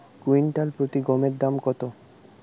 Quintal প্রতি গমের দাম কত?